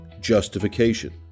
Justification